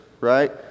right